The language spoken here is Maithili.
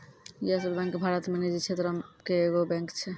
यस बैंक भारत मे निजी क्षेत्रो के एगो बैंक छै